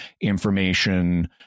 information